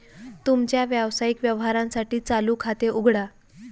तुमच्या व्यावसायिक व्यवहारांसाठी चालू खाते उघडा